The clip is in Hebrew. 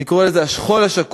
אני קורא לזה "השכול השקוף"